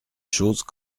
choses